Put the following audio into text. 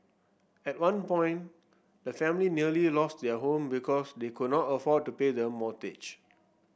at one point the family nearly lost their home because they could not afford to pay the mortgage